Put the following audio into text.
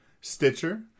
Stitcher